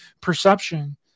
perception